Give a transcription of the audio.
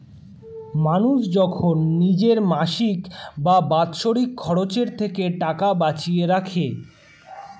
মানুষ যখন নিজের মাসিক বা বাৎসরিক খরচের থেকে টাকা বাঁচিয়ে রাখে